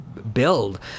build